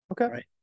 Okay